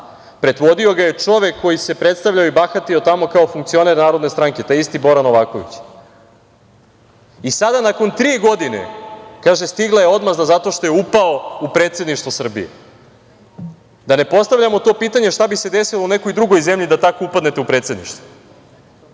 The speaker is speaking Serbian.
Predvodio ga je čovek koji se predstavljao i bahatio tamo kao funkcioner Narodne stranke, taj isti Bora Novaković i sada, nakon tri godine, kaže stigla je odmazda zato što je upao u predsedništvo Srbije. Da ne postavljamo to pitanje šta bi se desilo u nekoj drugoj zemlji da tako upadnete u predsedništvo. Ovo